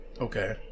Okay